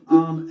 on